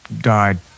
died